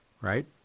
Right